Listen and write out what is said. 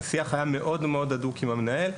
השיח היה מאוד מאוד אדוק עם המנהל.